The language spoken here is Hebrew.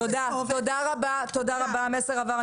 אפס או --- תודה רבה, המסר עבר.